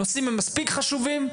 הנושאים הם מספיקים חשובים.